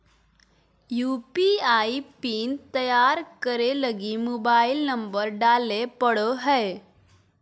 UPI PIN तैयार करे लगी मोबाइल नंबर डाले पड़ो हय